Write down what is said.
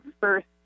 first